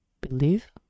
Believe